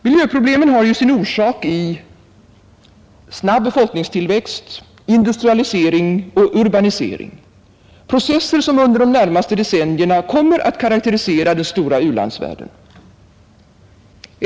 Miljöproblemen har ju sin orsak i snabb befolkningstillväxt, industrialisering och urbanisering, processer som under de närmaste decennierna kommer att karakterisera den stora u-landsvärlden.